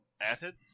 Acid